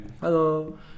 Hello